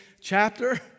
chapter